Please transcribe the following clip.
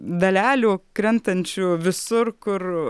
dalelių krentančių visur kur